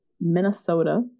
Minnesota